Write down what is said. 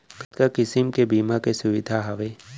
कतका किसिम के बीमा के सुविधा हावे?